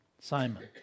Simon